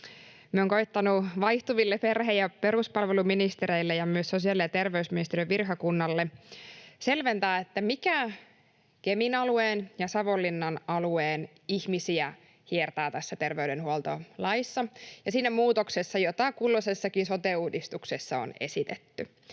olen koettanut vaihtuville perhe- ja peruspalveluministereille ja myös sosiaali- ja terveysministeriön virkakunnalle selventää, mikä Kemin alueen ja Savonlinnan alueen ihmisiä hiertää tässä terveydenhuoltolaissa ja siinä muutoksessa, jota kulloisessakin sote-uudistuksessa on esitetty.